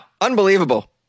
unbelievable